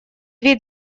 две